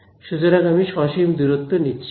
সুতরাং আমি সসীম দূরত্ব নিচ্ছি